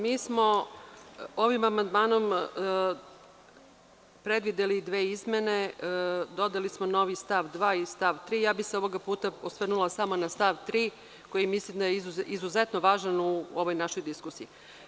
Mi smo ovim amandmanom predvideli dve izmene, dodali smo novi stav 2. i stav 3. ja bih se ovog puta osvrnula samo na stav 3. koji mislim da je izuzetno važan u ovoj našoj diskusiji.